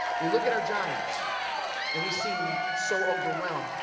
we look at our giants and we seem so overwhelmed.